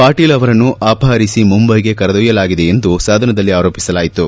ಪಾಟೀಲ್ ಅವರನ್ನು ಅಪಹರಿಸಿ ಮುಂಬೈಗೆ ಕರೆದೊಯ್ಯಲಾಗಿದೆ ಎಂದು ಸದನದಲ್ಲಿ ಆರೋಪಿಸಲಾಯಿತು